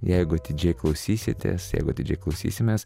jeigu atidžiai klausysitės jeigu atidžiai klausysimės